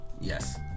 Yes